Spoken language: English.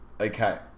Okay